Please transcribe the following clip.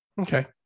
Okay